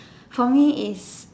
for me is